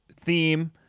theme